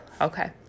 Okay